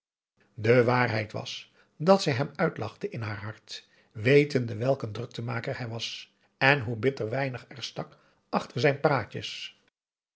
de waarheid was dat zij hem uitlachte in haar hart wetende welk een druktemaker hij was en hoe bitter weinig er stak achter zijn praatjes